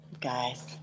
guys